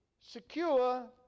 secure